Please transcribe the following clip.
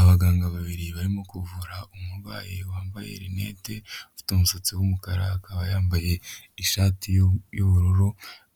Abaganga babiri barimo kuvura umurwayi wambaye rinete ufite umusatsi w'umukara akaba yambaye ishati y'ubururu,